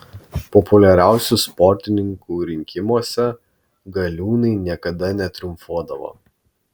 populiariausių sportininkų rinkimuose galiūnai niekada netriumfuodavo